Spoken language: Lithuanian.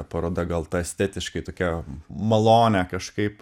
paroda gal ta estetiškai tokia malonę kažkaip